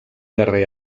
guerrer